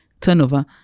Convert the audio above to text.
turnover